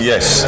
Yes